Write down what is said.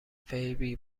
فیبی